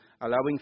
allowing